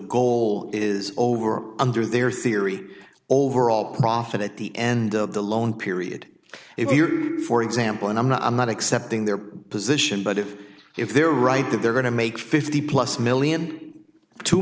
goal is over under their theory overall profit at the end of the loan period if you're for example and i'm not i'm not accepting their position but if if they're right that they're going to make fifty plus million two